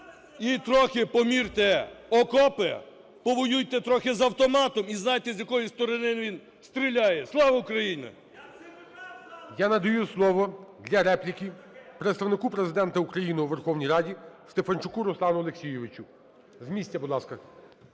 і трохи помірте окопи, повоюйте трохи з автоматом і знайте, з якої сторони він стріляє. Слава Україні! ГОЛОВУЮЧИЙ. Я надаю слово для репліки Представнику Президента України у Верховній РадіСтефанчуку Руслану Олексійовичу. З місця, будь ласка.